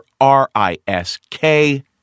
R-I-S-K